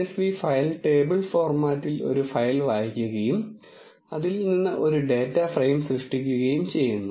csv file table ഫോർമാറ്റിൽ ഒരു file വായിക്കുകയും അതിൽ നിന്ന് ഒരു ഡാറ്റ ഫ്രെയിം സൃഷ്ടിക്കുകയും ചെയ്യുന്നു